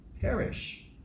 perish